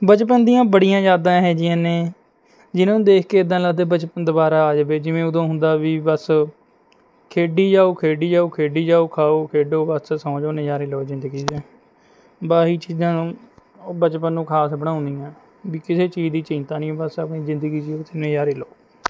ਬਚਪਨ ਦੀਆਂ ਬੜੀਆਂ ਯਾਦਾਂ ਇਹੋ ਜਿਹੀਆਂ ਨੇ ਜਿਹਨਾਂ ਨੂੰ ਦੇਖ ਕੇ ਇੱਦਾਂ ਲੱਗਦਾ ਬਚਪਨ ਦੁਬਾਰਾ ਆ ਜਾਵੇ ਜਿਵੇਂ ਉਦੋਂ ਹੁੰਦਾ ਵੀ ਬਸ ਖੇਡੀ ਜਾਓ ਖੇਡੀ ਜਾਓ ਖੇਡੀ ਜਾਓ ਖਾਓ ਖੇਡੋ ਬੱਸ ਸੌਂ ਜੋ ਨਜ਼ਾਰੇ ਲਓ ਜ਼ਿੰਦਗੀ ਦੇ ਬ ਆਹੀ ਚੀਜ਼ਾਂ ਬਚਪਨ ਨੂੰ ਖਾਸ ਬਣਾਉਂਦੀਆਂ ਵੀ ਕਿਸੇ ਚੀਜ਼ ਦੀ ਚਿੰਤਾ ਨਹੀਂ ਬਸ ਆਪਣੀ ਜ਼ਿੰਦਗੀ ਜੀਓ ਅਤੇ ਨਜ਼ਾਰੇ ਲਓ